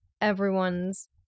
everyone's